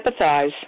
empathize